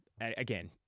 again